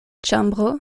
ĉambro